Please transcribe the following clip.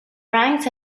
ranks